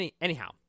Anyhow